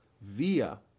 via